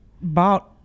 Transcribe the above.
bought